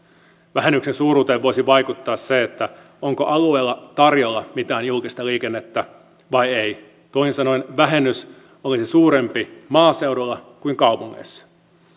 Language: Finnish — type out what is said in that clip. vähennyksen suuruuteen voisi vaikuttaa se onko alueella tarjolla mitään julkista liikennettä vai ei toisin sanoen vähennys olisi suurempi maaseudulla kuin kaupungeissa